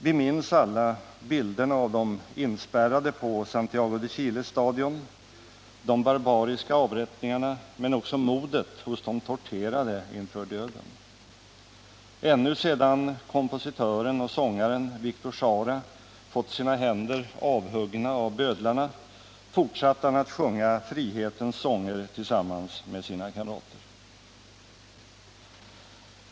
Vi minns alla bilderna av de inspärrade på Santiago de Chiles stadion, de barbariska avrättningarna, men också modet hos de torterade inför döden. Ännu sedan kompositören och sångaren Victor Jara fått sina händer avhuggna av bödlarna fortsatte han att sjunga frihetens sånger tillsammans med sina kamrater.